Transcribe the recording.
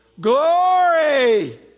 glory